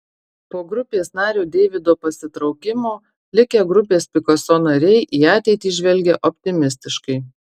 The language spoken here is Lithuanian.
po grupės nario deivido pasitraukimo likę grupės pikaso nariai į ateitį žvelgia optimistiškai